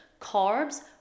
carbs